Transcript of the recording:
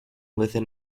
within